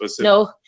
No